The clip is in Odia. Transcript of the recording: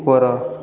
ଉପର